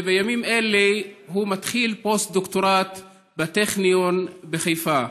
ובימים אלה הוא מתחיל פוסט-דוקטורט בטכניון בחיפה.